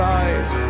eyes